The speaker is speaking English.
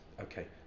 okay